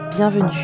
Bienvenue